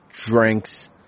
drinks